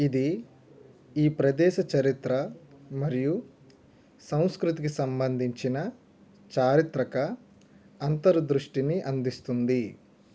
ఇది ఈ ప్రదేశ చరిత్ర మరియు సంస్కృతికి సంబంధించిన చారిత్రక అంతర్ దృష్టిని అందిస్తుంది